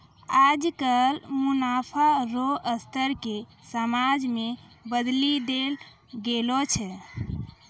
आजकल मुनाफा रो स्तर के समाज मे बदली देल गेलो छै